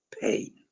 pain